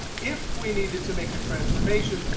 if we needed to make a transformation,